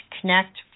connect